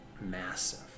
Massive